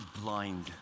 blind